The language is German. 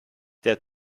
der